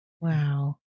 Wow